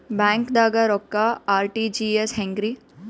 ಬ್ಯಾಂಕ್ದಾಗ ರೊಕ್ಕ ಆರ್.ಟಿ.ಜಿ.ಎಸ್ ಹೆಂಗ್ರಿ?